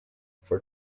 for